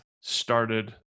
started